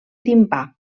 timpà